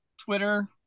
Twitter